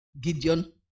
Gideon